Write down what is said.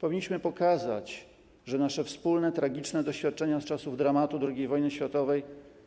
Powinniśmy pokazać, że nasze wspólne tragiczne doświadczenia z czasów dramatu II wojny światowej